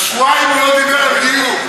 כבר שבועיים הוא לא דיבר על גיור.